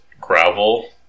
gravel